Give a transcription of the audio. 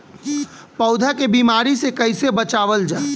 पौधा के बीमारी से कइसे बचावल जा?